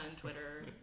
Twitter